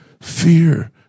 fear